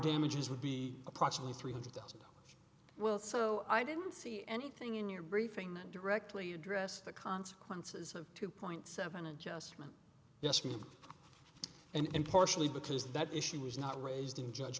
damages would be approximately three hundred thousand dollars well so i didn't see anything in your briefing that directly address the consequences of two point seven adjustment yes ma'am and partially because that issue was not raised in judge